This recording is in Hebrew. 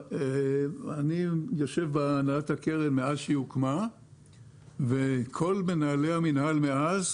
אני יושב בהנהלת הקרן מאז שהיא הוקמה וכל מנהלי רשות מקרקעי ישראל מאז